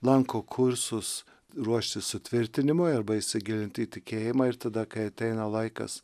lanko kursus ruoštis sutvirtinimui arba įsigilinti į tikėjimą ir tada kai ateina laikas